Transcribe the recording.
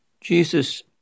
Jesus